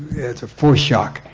it's a foreshock.